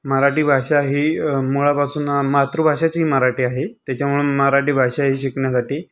मराठी भाषा ही मुळापासून मातृभाषाची ही मराठी आहे त्याच्यामुळे मराठी भाषा ही शिकण्यासाठी